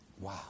Wow